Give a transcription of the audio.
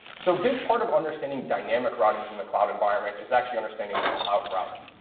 so big part of understanding dynamic routing within the cloud environment is actually understanding the cloud router.